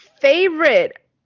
favorite